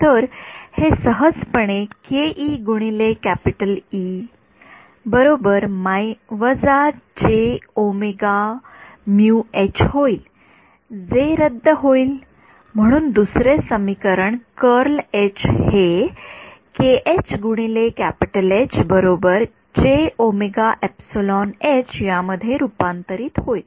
तर हे सहजपणे होईल जे रद्द होईलम्हणून दुसरे समीकरण कर्ल एच हे यामध्ये रूपांतरित होईल